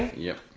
yep.